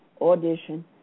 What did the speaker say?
audition